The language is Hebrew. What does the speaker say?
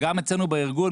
גם אצלנו בארגון,